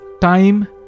time